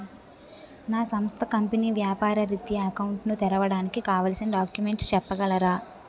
నా సంస్థ కంపెనీ వ్యాపార రిత్య అకౌంట్ ను తెరవడానికి కావాల్సిన డాక్యుమెంట్స్ చెప్పగలరా?